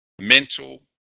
Mental